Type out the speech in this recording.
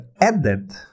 added